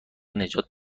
نجات